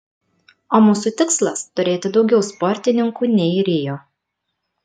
o mūsų tikslas turėti daugiau sportininkų nei rio